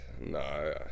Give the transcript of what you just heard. no